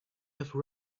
have